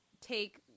take